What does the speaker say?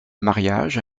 mariage